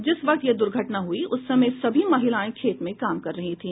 जिस वक्त यह दुर्घटना हुई उस समय सभी महिलाएं खेत में काम कर रही थी